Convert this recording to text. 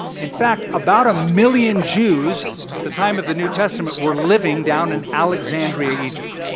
in fact, about a million jews at the time of the new testament, were living down in alexandria, egypt.